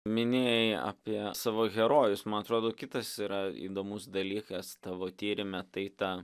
minėjai apie savo herojus man atrodo kitas yra įdomus dalykas tavo tyrime tai ta